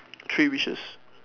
three wishes